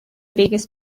biggest